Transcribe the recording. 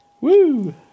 woo